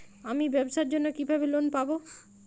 আমি ব্যবসার জন্য কিভাবে লোন পাব?